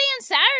Saturday